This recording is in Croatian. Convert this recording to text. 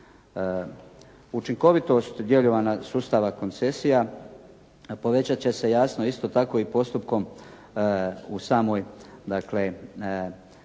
Učinkovitost djelovanja sustava koncesija povećat će se jasno isto tako i postupkom u samoj dakle